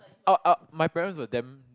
oh oh my parents were damn